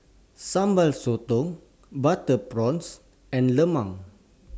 Sambal Sotong Butter Prawns and Lemang